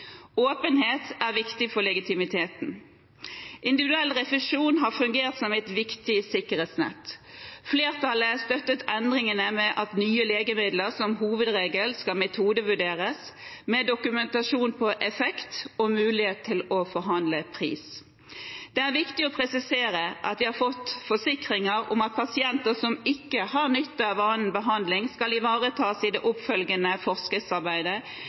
Åpenhet er viktig for legitimiteten. Individuell refusjon har fungert som et viktig sikkerhetsnett. Flertallet støttet endringene med at nye legemidler som hovedregel skal metodevurderes med dokumentasjon på effekt og mulighet til å forhandle pris. Det er viktig å presisere at vi har fått forsikringer om at pasienter som ikke har nytte av annen behandling, skal ivaretas i det oppfølgende forskriftsarbeidet,